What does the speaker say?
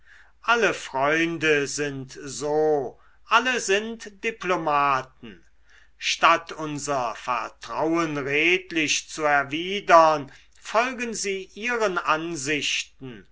alle freunde sind so alle sind diplomaten statt unser vertrauen redlich zu erwidern folgen sie ihren ansichten